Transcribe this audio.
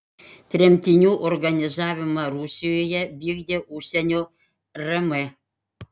tremtinių organizavimą rusijoje vykdė užsienio rm